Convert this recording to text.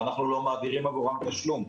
ואנחנו לא מעבירים עבורם תשלום,